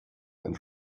and